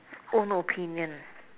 own opinion